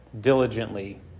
diligently